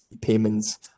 payments